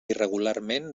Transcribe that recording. irregularment